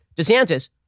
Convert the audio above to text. DeSantis